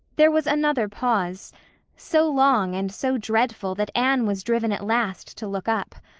there was another pause so long and so dreadful that anne was driven at last to look up.